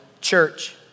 church